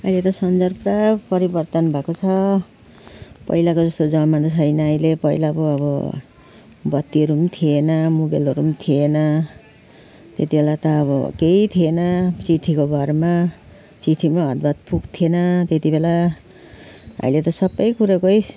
अहिले त संसार पुरा परिवर्तन भएको छ पहिलाको जस्तो जमाना छैन अहिले पहिला पो अब बत्तीहरू थिएन मोबाइलहरू थिएन त्यति बेला त अब केही थिएन चिठीको भरमा चिठीमा हर बात पुग्थेन त्यति बेला अहिले त सबै कुरोकै